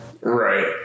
Right